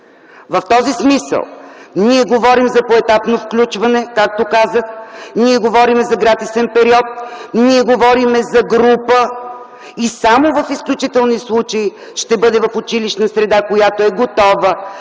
В този смисъл ние говорим за поетапно включване, както казах. Ние говорим за гратисен период. Ние говорим за група и само в изключителни случаи ще бъде в училищна среда, която е готова,